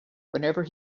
whenever